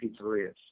pizzerias